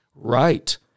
Right